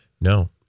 No